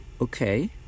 Okay